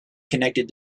connected